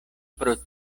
pro